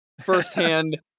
firsthand